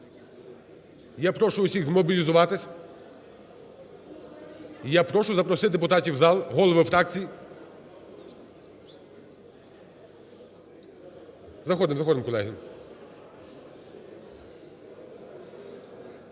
я прошу всіх змобілізуватись, я прошу всіх запросити депутатів в зал, голови фракцій… Заходимо, заходимо, колеги.